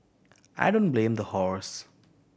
I don't blame the horse